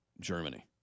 Germany